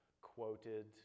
quoted